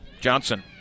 Johnson